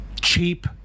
cheap